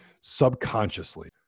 subconsciously